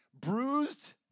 bruised